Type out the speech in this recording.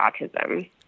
autism